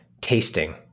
tasting